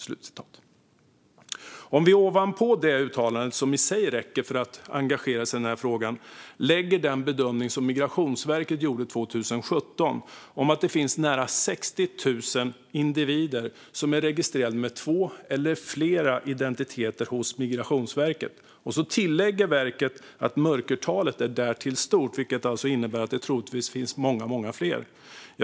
Vi kan ovanpå detta uttalande, som i sig räcker för att engagera sig i den här frågan, lägga den bedömning som Migrationsverket gjorde 2017 att det finns nära 60 000 individer som är registrerade med två eller flera identiteter hos Migrationsverket. Verket tillade att mörkertalet därtill är stort, vilket alltså innebär att det troligtvis finns många fler.